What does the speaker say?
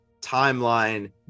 timeline